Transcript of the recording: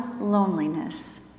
loneliness